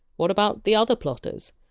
what about the other plotters?